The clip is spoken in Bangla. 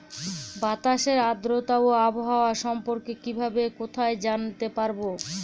বাতাসের আর্দ্রতা ও আবহাওয়া সম্পর্কে কিভাবে কোথায় জানতে পারবো?